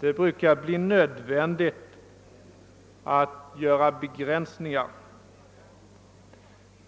Det brukar bli nödvändigt att göra begränsningar.